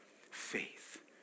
faith